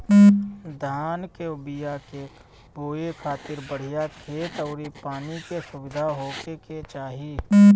धान कअ बिया के बोए खातिर बढ़िया खेत अउरी पानी के सुविधा होखे के चाही